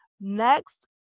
Next